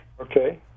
Okay